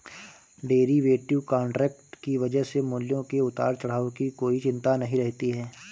derivative contract की वजह से मूल्यों के उतार चढ़ाव की कोई चिंता नहीं रहती है